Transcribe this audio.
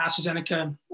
AstraZeneca